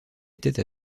étaient